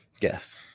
Yes